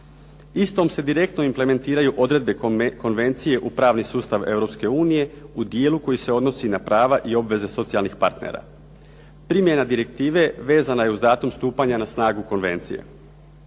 Istom se direktno implementiraju odredbe konvencije u pravni sustav Europske unije u dijelu koji se odnosi na prava i obveze socijalni partnera. Primjena direktive vezana je uz datum stupanja na snagu konvencije.